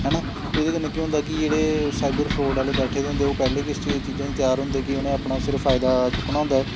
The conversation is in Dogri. हैना ते ओह्दे कन्नै केह् होंदा कि जेह्ड़े साइबर फ्राड आह्ले बैठे दे होंदे ओह् पैह्लें गै इस चीजै च त्यार होंदे कि उ'नें अपना सिर्फ फायदा चुक्कना होंदा ऐ